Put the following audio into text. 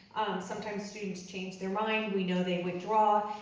sometimes students change their mind, we know they withdraw,